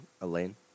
Elaine